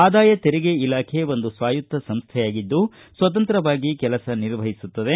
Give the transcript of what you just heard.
ಆದಾಯ ತೆರಿಗೆ ಇಲಾಖೆ ಒಂದು ಸ್ವಾಯತ್ತ ಸಂಸ್ವೆಯಾಗಿದ್ದು ಸ್ವತಂತ್ರವಾಗಿ ಕೆಲಸ ನಿರ್ವಹಿಸುತ್ತದೆ